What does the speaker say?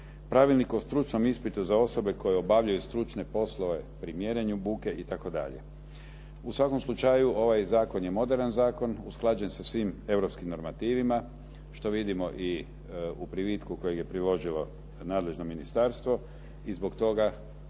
Pravilnik o stručnom ispitu za osobe koje obavljaju stručne poslove pri mjerenju buke i tako dalje. U svakom slučaju ovaj zakon je moderan zakon usklađen sa svim europskim normativima, što vidimo i u privitku kojeg je priložilo nadležno ministarstvo i zbog toga